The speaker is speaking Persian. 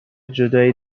جدایی